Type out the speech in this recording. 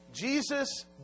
Jesus